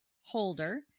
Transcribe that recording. Holder